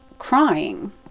crying